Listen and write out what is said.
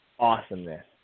Awesomeness